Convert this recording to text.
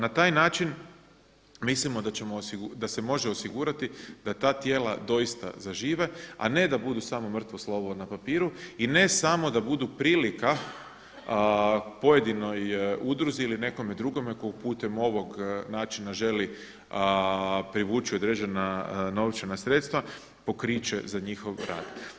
Na taj način mislimo da se može osigurati da ta tijela doista zažive, a ne da budu samo mrtvo slovo na papiru i ne samo da budu prilika pojedinoj udruzi ili nekome drugome koji putem ovog načina želi privući određena novčana sredstva pokriće za njihov rad.